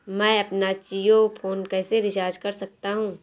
मैं अपना जियो फोन कैसे रिचार्ज कर सकता हूँ?